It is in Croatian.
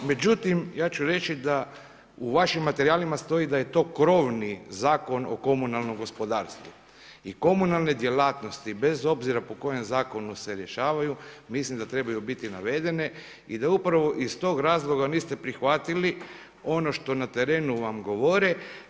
Međutim, ja ću reći da u vašem materijalima stoji da je to krovni Zakon o komunalnom gospodarstvu i komunalne djelatnosti bez obzira po kojem zakonu se rješavaju mislim da trebaju viti navedene i da upravo iz tog razloga niste prihvatili ono što na terenu vam govore.